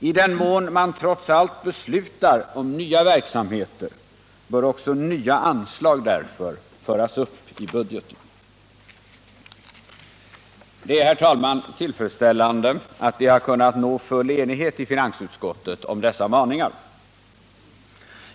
I den mån man trots allt beslutar om nya verksamheter bör också nya anslag därför föras upp i budgeten. Det är, herr talman, tillfredsställande att vi har kunnat nå full enighet i finansutskottet om dessa maningar.